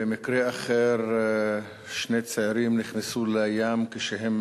במקרה אחר שני צעירים נכנסו לים כשהם